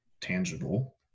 tangible